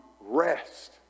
rest